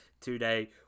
today